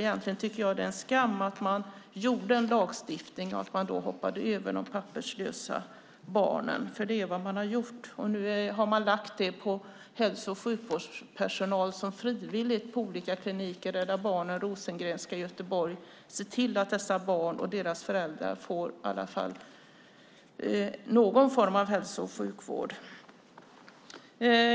Egentligen tycker jag att det är en skam att man gjorde en lagstiftning där man hoppade över de papperslösa barnen, för det är vad man har gjort. Nu har man lagt detta på hälso och sjukvårdspersonal som frivilligt på olika kliniker som Rädda Barnen och Rosengrenska i Göteborg ser till att dessa barn och deras föräldrar får åtminstone någon form av hälso och sjukvård.